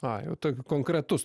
a jau t konkretus